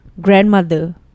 grandmother